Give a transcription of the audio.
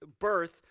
birth